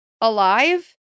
alive